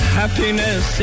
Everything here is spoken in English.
happiness